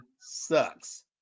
sucks